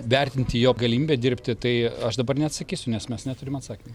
vertinti jo galimybę dirbti tai aš dabar neatsakysiu nes mes neturim atsakymų